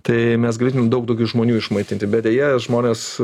tai mes galėtume daug daugiau žmonių išmaitinti bet deja žmonės